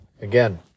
Again